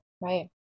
Right